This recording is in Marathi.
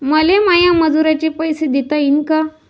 मले माया मजुराचे पैसे देता येईन का?